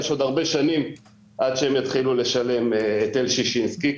יש עוד הרבה שנים עד שהם יתחילו לשלם היטל ששינסקי,